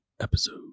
episode